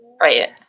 right